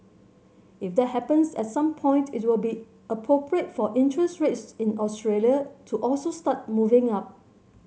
if that happens at some point it will be appropriate for interest rates in Australia to also start moving up